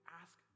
ask